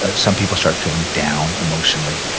ah some people start feeling down emotionally.